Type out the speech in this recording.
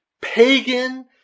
pagan